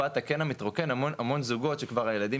תופעת הקן המתרוקן המון זוגות שכבר הילדים